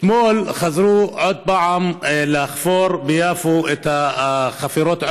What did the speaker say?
אתמול חזרו עוד פעם לחפור ביפו את החפירות,